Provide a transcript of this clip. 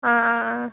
आ